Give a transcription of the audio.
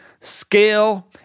scale